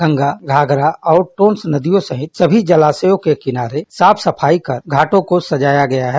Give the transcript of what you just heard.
गंगा घाघरा और टोंस नदियों सहित सभी जलाशयों के किनारे साफ सफाई कर घाटो को सजाया गया है